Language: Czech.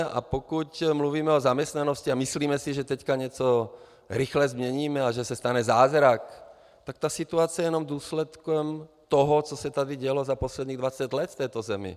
A pokud mluvíme o zaměstnanosti a myslíme si, že teď něco rychle změníme a že se stane zázrak, tak tato situace je jenom důsledkem toho, co se tady dělo za posledních 20 let v této zemi.